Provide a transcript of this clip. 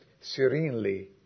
serenely